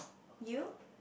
you